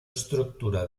estructura